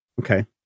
Okay